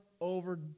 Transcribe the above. over